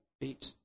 beat